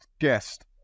guest